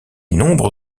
nombre